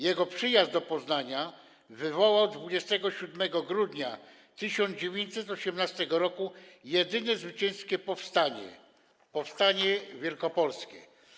Jego przyjazd do Poznania wywołał 27 grudnia 1918 r. jedyne zwycięskie powstanie - powstanie wielkopolskie.